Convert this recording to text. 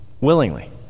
willingly